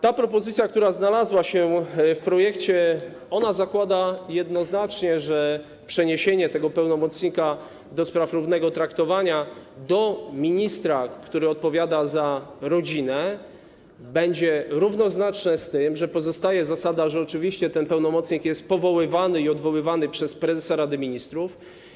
Ta propozycja, która znalazła się w projekcie, zakłada jednoznacznie, że przeniesienie kompetencji pełnomocnika ds. równego traktowania do kompetencji ministra, który odpowiada za rodzinę, będzie równoznaczne z tym, że pozostaje zasada, że ten pełnomocnik jest oczywiście powoływany i odwoływany przez prezesa Rady Ministrów.